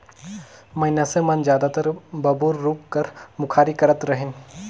मइनसे मन जादातर बबूर रूख कर मुखारी करत रहिन